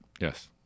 Yes